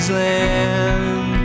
land